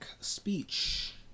speech